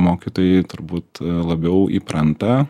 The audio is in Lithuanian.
mokytojai turbūt labiau įpranta